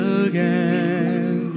again